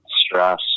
stress